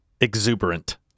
Exuberant